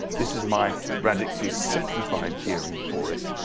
this is my radically simplified gearing for it.